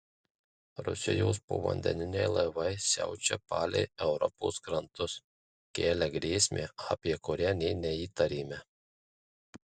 rusijos povandeniniai laivai siaučia palei europos krantus kelia grėsmę apie kurią nė neįtarėme